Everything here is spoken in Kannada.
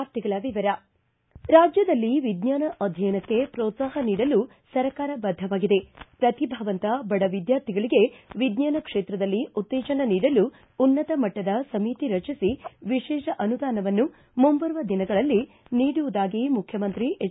ವಾರ್ತೆಗಳ ವಿವರ ರಾಜ್ಯದಲ್ಲಿ ವಿಜ್ಞಾನ ಅಧ್ಯಯನಕ್ಕೆ ಪ್ರೋತ್ಸಾಹ ನೀಡಲು ಸರ್ಕಾರ ಬದ್ದವಾಗಿದೆ ಪ್ರತಿಭಾವಂತ ಬಡ ವಿದ್ಯಾರ್ಥಿಗಳಿಗೆ ವಿಜ್ಞಾನ ಕ್ಷೇತ್ರದಲ್ಲಿ ಉತ್ತೇಜನ ನೀಡಲು ಉನ್ನತ ಮಟ್ಟದ ಸಮಿತಿ ರಚಿಸಿ ವಿಶೇಷ ಅನುದಾನವನ್ನು ಮುಂಬರುವ ದಿನಗಳಲ್ಲಿ ನೀಡುವುದಾಗಿ ಮುಖ್ಯಮಂತ್ರಿ ಎಚ್